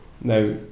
Now